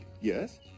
yes